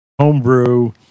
homebrew